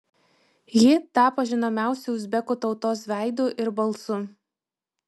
ji tapo žinomiausiu uzbekų tautos veidu ir balsu